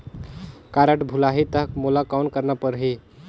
Card भुलाही ता मोला कौन करना परही?